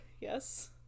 Yes